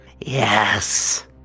yes